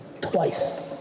twice